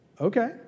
Okay